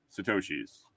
Satoshis